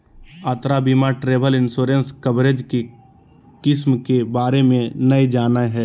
यात्रा बीमा travel insurance coverage के किस्म के बारे में नय जानय हइ